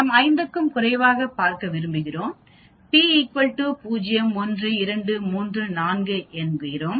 நாம் 5 க்கும் குறைவாக பார்க்க விரும்புகிறோம் P 0 1 2 3 4 5